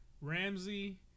Ramsey